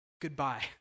Goodbye